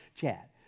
chat